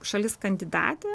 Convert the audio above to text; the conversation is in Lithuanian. šalis kandidatė